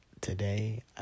Today